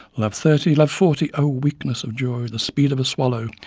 love-thirty, love-forty, oh! weakness of joy the speed of a swallow,